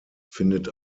findet